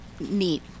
neat